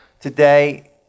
today